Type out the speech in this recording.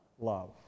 love